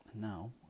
Now